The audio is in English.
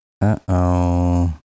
Uh-oh